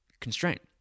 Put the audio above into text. constraint